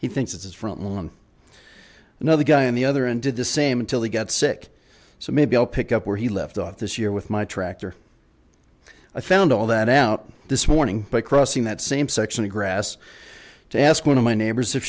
he thinks it's front lawn another guy on the other end did the same until they get sick so maybe i'll pick up where he left off this year with my tractor i found all that out this morning by crossing that same section of grass to ask one of my neighbors if